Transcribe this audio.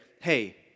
hey